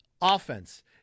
Offense